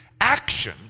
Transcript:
action